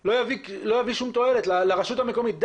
לא יביא כל תועלת לרשות המקומית.